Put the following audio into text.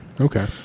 Okay